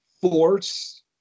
Force